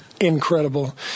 Incredible